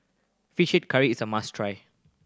Fish Head Curry is a must try